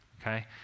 okay